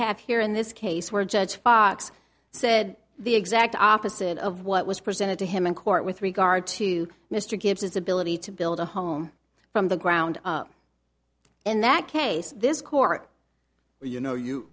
have here in this case where judge fox said the exact opposite of what was presented to him in court with regard to mr gibbs his ability to build a home from the ground up in that case this court you know you